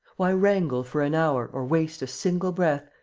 why wrangle for an hour or waste a single breath,